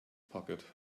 pocket